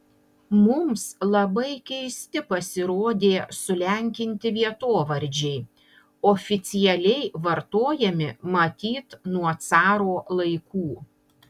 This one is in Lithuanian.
mums labai keisti pasirodė sulenkinti vietovardžiai oficialiai vartojami matyt nuo caro laikų